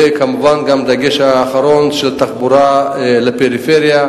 וכמובן גם דגש אחרון של תחבורה לפריפריה.